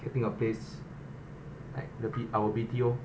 getting a place like the our B_T_O